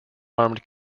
armed